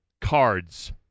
cards